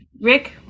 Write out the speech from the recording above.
Rick